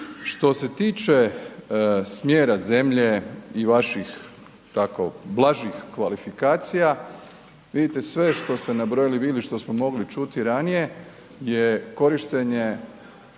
Što se tiče smjera zemlje i vaših tako blažih kvalifikacija vidite sve što ste nabrojali bili, što smo mogli čuti ranije je korištenje